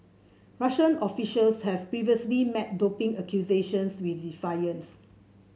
Russian officials have previously met doping accusations with defiance